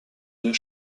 deux